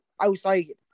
outside